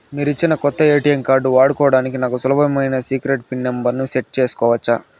మీరిచ్చిన కొత్త ATM card వాడుకోవడానికి నాకు సులభమైన సీక్రెట్ పిన్ నెంబర్ ను సెట్ సేసుకోవచ్చా?